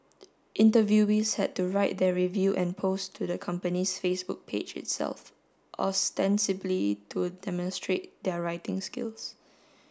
interviewees had to write their review and post to the company's Facebook page itself ostensibly to demonstrate their writing skills